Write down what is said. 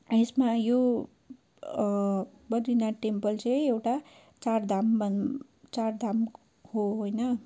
अनि यसमा यो बद्रीनाथ टेम्पल चाहिँ एउटा चारधाम चारधाम हो होइन